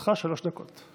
לרשותך שלוש דקות.